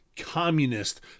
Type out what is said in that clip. communist